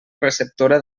receptora